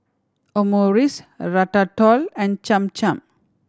Omurice Ratatouille and Cham Cham